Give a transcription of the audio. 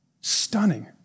Stunning